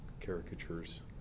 caricatures